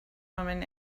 women